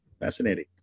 Fascinating